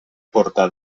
porta